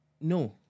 No